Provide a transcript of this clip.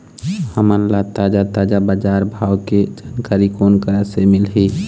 हमन ला ताजा ताजा बजार भाव के जानकारी कोन करा से मिलही?